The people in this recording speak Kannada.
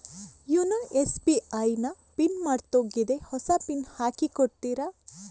ಯೂನೊ ಎಸ್.ಬಿ.ಐ ನ ಪಿನ್ ಮರ್ತೋಗಿದೆ ಹೊಸ ಪಿನ್ ಹಾಕಿ ಕೊಡ್ತೀರಾ?